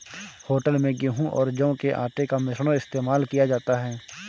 hotel में गेहूं और जौ के आटे का मिश्रण इस्तेमाल किया जाता है